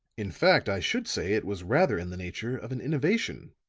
in fact, i should say it was rather in the nature of an innovation.